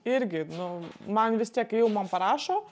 irgi nu man vis tiek kai jau man parašo